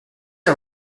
are